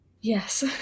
Yes